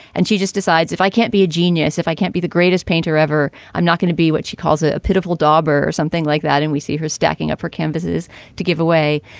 and she just decides if i can't be a genius, if i can't be the greatest painter ever. i'm not going to be what she calls ah a pitiful dauber or something like that. and we see her stacking up her canvases to give away.